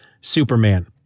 Superman